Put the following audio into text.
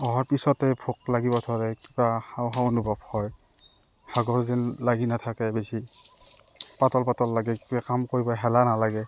অহাৰ পিছতে ভোক লাগিব ধৰে কিবা খাওঁ খাওঁ অনুভৱ হয় ভাগৰ যেন লাগি নাথাকে বেছি পাতল পাতল লাগে কিবা কাম কৰিব হেলা নালাগে